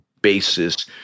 basis